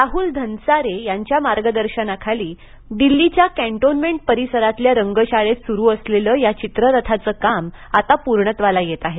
राहल धन्सारे यांच्या मार्गदर्शनाखाली दिल्लीच्या कॅटॉनमेंट परिसरातील रंगशाळेत सुरु असलेलं या चित्ररथाचं काम आता पूर्णत्वाला येत आहे